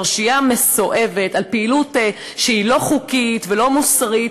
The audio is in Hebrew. פרשייה מסואבת של פעילות שהיא לא חוקית ולא מוסרית